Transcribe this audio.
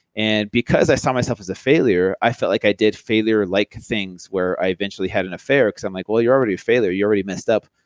and because i saw myself as a failure, i felt like i did failure like things where i eventually had an affair, because i'm like, well, you're already failure, you already messed up,